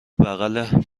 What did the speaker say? بغل